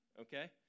okay